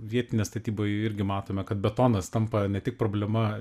vietinėj statyboj irgi matome kad betonas tampa ne tik problema